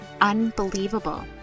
unbelievable